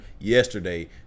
yesterday